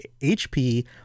hp